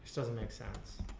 doesnt make sense